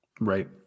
right